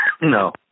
No